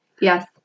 Yes